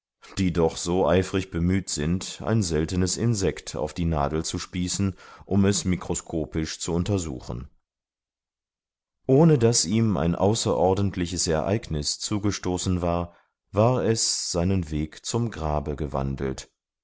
die doch so eifrig bemüht sind ein seltenes insekt auf die nadel zu spießen um es mikroskopisch zu untersuchen ohne einen klageton hatte dieses wesen den hohn und spott seiner kollegen ertragen ohne daß ihm ein außerordentliches ereignis zugestoßen war war es seinen weg zum grabe gewandelt